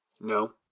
No